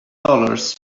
dollars